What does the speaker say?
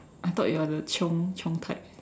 I thought you are the chiong chiong type